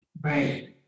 Right